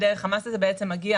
הוא מגיע